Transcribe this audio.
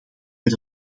met